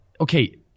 okay